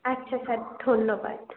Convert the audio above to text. আচ্ছা স্যার ধন্যবাদ